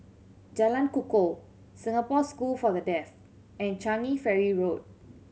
Jalan Kukoh Singapore School for The Deaf and Changi Ferry Road